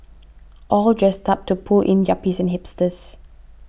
all dressed up to pull in yuppies and hipsters